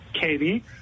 Katie